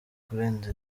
kurenza